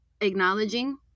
acknowledging